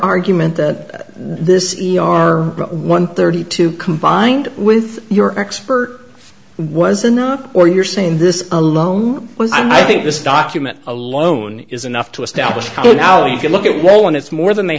argument that this e r one thirty two combined with your expert was enough or you're saying this alone i think this document alone is enough to establish how you know you can look at well and it's more than they